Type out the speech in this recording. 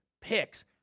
picks